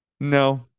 No